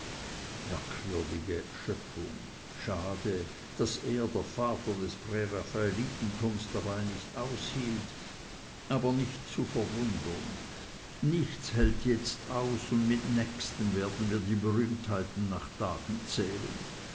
merkwürdige schöpfung schade daß er der vater des präraffaelitentums dabei nicht aushielt aber nicht zu verwundern nichts hält jetzt aus und mit nächstem werden wir die berühmtheiten nach tagen zählen